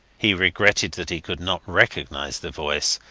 he regretted he could not recognize the voice,